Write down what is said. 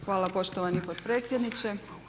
Hvala poštovani potpredsjedniče.